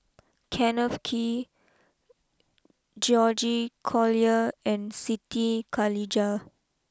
Kenneth Kee George Collyer and Siti Khalijah